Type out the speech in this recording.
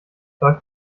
läuft